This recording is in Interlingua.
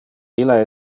illa